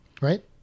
right